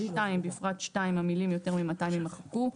(2) בפרט (2) המילים "יותר מ-200" - יימחקו.